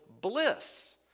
bliss